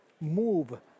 move